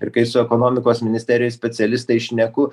ir kai su ekonomikos ministerijos specialistais šneku